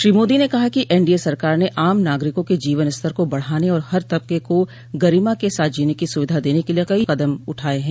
श्री मोदी ने कहा कि एनडीए सरकार ने आम नागरिकों के जीवन स्तर को बढ़ाने और हर तबके को गरिमा के साथ जीने की सुविधा देने के लिए कई कदम उठाए हैं